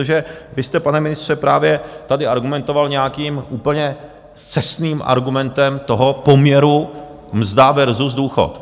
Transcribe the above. Protože vy jste, pane ministře, právě tady argumentoval nějakým úplně scestným argumentem toho poměru mzda versus důchod.